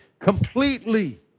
completely